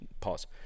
Pause